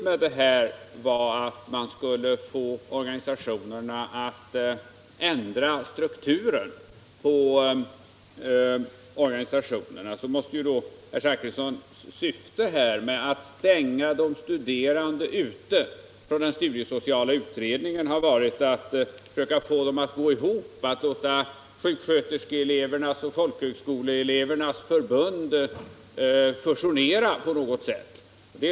Om det är så att man vill ha en ändrad struktur på organisationerna, måste ju herr Zachrissons syfte med att stänga de studerande ute från den studiesociala utredningen ha varit att försöka få deras organisationer att gå ihop — att låta sjuksköterskeelevernas och folkhögskoleelevernas förbund fusionera på något sätt.